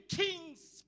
kings